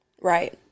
Right